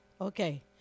Okay